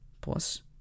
plus